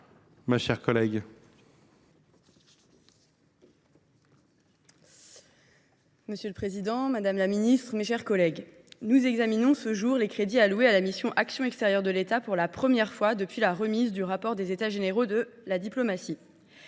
Monsieur le président, madame la ministre, mes chers collègues, nous examinons ce jour les crédits alloués à la mission « Action extérieure de l’État », pour la première fois depuis la remise du rapport des États généraux de la diplomatie.